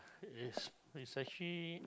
is is actually